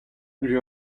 lui